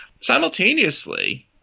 Simultaneously